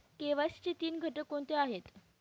KYC चे तीन घटक कोणते आहेत?